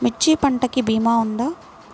మిర్చి పంటకి భీమా ఉందా?